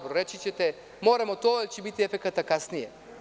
Reći ćete moramo to jer će biti efekata kasnije.